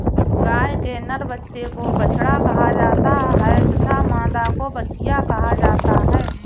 गाय के नर बच्चे को बछड़ा कहा जाता है तथा मादा को बछिया कहा जाता है